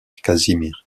casimir